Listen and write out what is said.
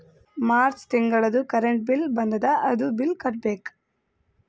March ತಿಂಗಳದೂ current bill ಬಂದದ, ಅದೂ ಬಿಲ್ ಕಟ್ಟಬೇಕ್